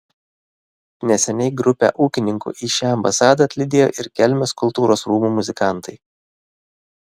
neseniai grupę ūkininkų į šią ambasadą atlydėjo ir kelmės kultūros rūmų muzikantai